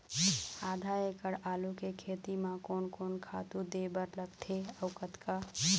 आधा एकड़ आलू के खेती म कोन कोन खातू दे बर लगथे अऊ कतका?